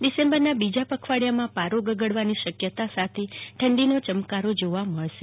ડિસેમ્બરના બીજા પખવાડિયામાં પારો ગગડવાની શક્યતા સાથે ઠંડીનો ચમકારો જોવા મળશે